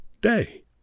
day